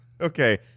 Okay